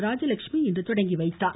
ராஜலட்சுமி இன்று தொடங்கி வைத்தார்